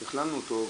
טיפה שכללנו אותו.